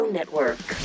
Network